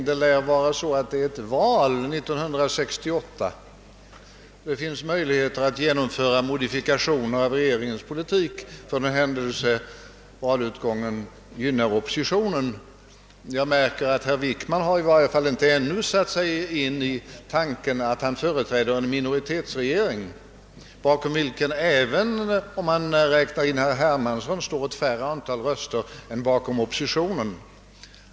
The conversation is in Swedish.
Det lär vara ett val 1968 och det kan finnas möjligheter att genomföra modifikationer av regeringens politik för den händelse valutgången gynnar oppositionen. Jag märker att statsrådet Wickman ännu inte tänkt på att han företräder en minoritetsregering, bakom vilken, även om man räknar in herr Hermanssons parti, står ett färre antal röster än bakom oppositionen.